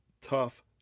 tough